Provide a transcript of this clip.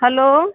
hello